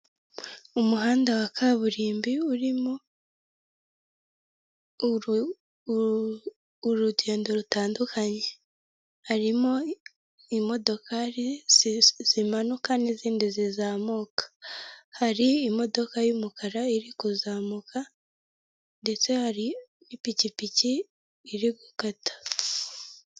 Umuhanda wa kaburimbo urimo urugendo rutandukanye harimo imodoka zimanuka n'izindi zizamuka hari imodoka yumukara iri kuzamuka ndetse har' ipikipiki iri gukata.